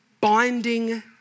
binding